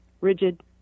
rigid